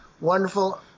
wonderful